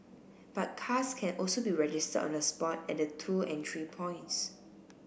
but cars can also be registered on the spot at the two entry points